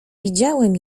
widziałem